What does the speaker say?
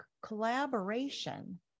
collaboration